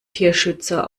tierschützer